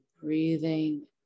breathing